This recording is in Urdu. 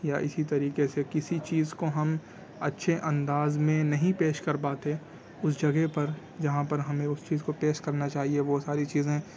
یا اسی طریقے سے کسی چیز کو ہم اچھے انداز میں نہیں پیش کر پاتے اس جگہ پر جہاں پر ہمیں اس چیز کو پیش کرنا چاہیے وہ ساری چیزیں